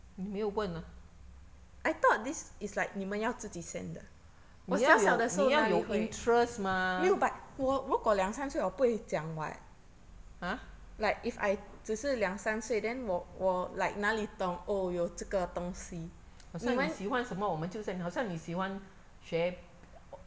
你没有问啊你要有你要有 interest 嘛 !huh! 好像你喜欢什么我们就 send 好像你喜欢学